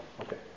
Okay